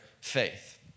faith